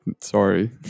sorry